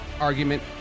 argument